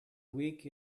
week